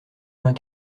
vingt